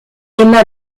aima